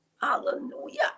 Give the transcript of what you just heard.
hallelujah